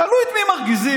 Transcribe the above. תלוי את מי מרגיזים.